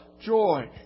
joy